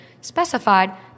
specified